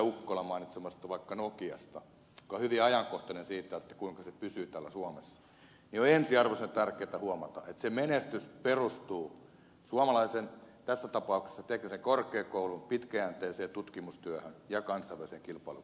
ukkolan mainitsemasta nokiasta joka on hyvin ajankohtainen sikäli kuinka se pysyy täällä suomessa huomata että se menestys perustuu suomalaiseen tässä tapauksessa teknisen korkeakoulun pitkäjänteiseen tutkimustyöhön ja kansainväliseen kilpailukykyyn